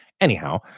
Anyhow